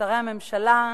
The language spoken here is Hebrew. שרי הממשלה,